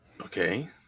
Okay